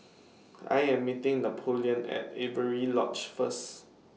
I Am meeting Napoleon At Avery Lodge First